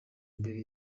imbere